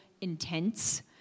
intense